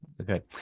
okay